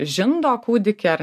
žindo kūdikį ar